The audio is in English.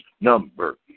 number